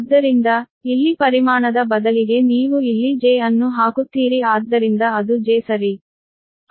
ಆದ್ದರಿಂದ ಇಲ್ಲಿ ಪರಿಮಾಣದ ಬದಲಿಗೆ ನೀವು ಇಲ್ಲಿ j ಅನ್ನು ಹಾಕುತ್ತೀರಿ ಆದ್ದರಿಂದ ಅದು j ಸರಿ